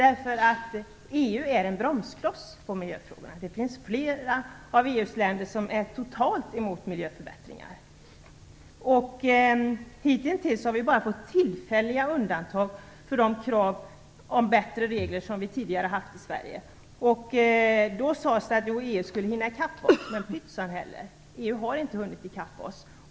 EU är nämligen en bromskloss när det gäller miljöfrågorna. Flera av EU:s länder är totalt emot miljöförbättringar. Hitintills har vi bara fått tillfälliga undantag för de krav på bättre regler som vi tidigare haft i Sverige. Då sades det att EU skulle hinna i kapp oss. Pyttsan! EU har inte hunnit i kapp oss.